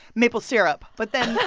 maple syrup, but then